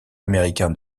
américain